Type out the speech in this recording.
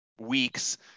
weeks